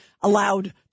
allowed